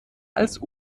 als